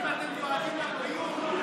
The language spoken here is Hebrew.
אם אתם דואגים לבריאות,